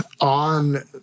On